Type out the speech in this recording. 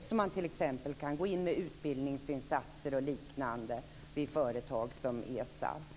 Man kan t.ex. gå in med utbildningsinsatser och liknande vid företag som ESAB.